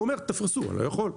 והוא אומר תפרסו, לא יכול.